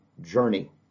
journey